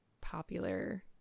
popular